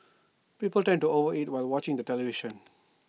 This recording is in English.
people tend to over eat while watching the television